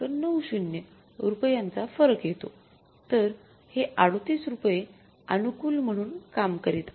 ९० रुपयांचा फरक येतो तर हे 38 रुपये अनुकूल म्हणून काम करीत आहे